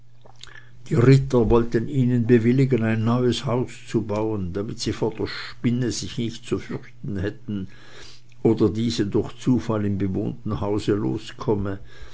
die ritter wollten ihnen bewilligen ein neues haus zu bauen damit sie vor der spinne sich nicht zu fürchten hätten oder diese durch zufall im bewohnten hause loskomme